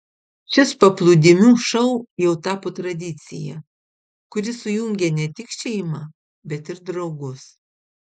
šis paplūdimių šou jau tapo tradicija kuri sujungia ne tik šeimą bet ir draugus